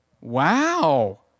Wow